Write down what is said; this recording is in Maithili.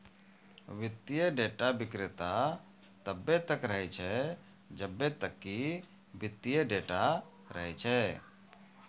वित्तीय डेटा विक्रेता तब्बे तक रहै छै जब्बे तक कि वित्तीय डेटा रहै छै